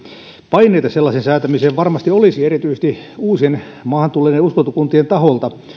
paineita sellaiseen säätämiseen varmasti olisi erityisesti uusien maahan tulleiden uskontokuntien taholta